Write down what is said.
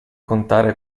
contare